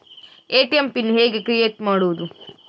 ATM pin ಹೇಗೆ create ಮಾಡುವುದು?